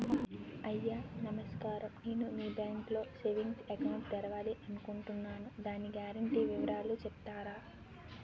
అయ్యా నమస్కారం నేను మీ బ్యాంక్ లో సేవింగ్స్ అకౌంట్ తెరవాలి అనుకుంటున్నాను దాని గ్యారంటీ వివరాలు చెప్తారా?